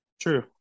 True